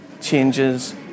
changes